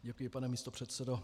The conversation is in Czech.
Děkuji, pane místopředsedo.